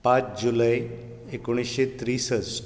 पांच जूलै एकोणीशें त्रेसश्ठ